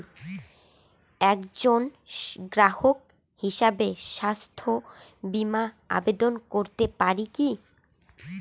একজন গ্রাহক হিসাবে স্বাস্থ্য বিমার আবেদন করতে পারি কি?